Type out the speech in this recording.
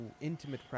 intimate